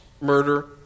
murder